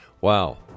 Wow